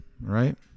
Right